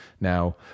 now